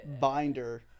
binder